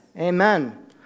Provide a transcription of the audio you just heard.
Amen